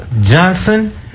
Johnson